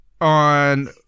on